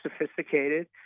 sophisticated